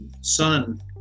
son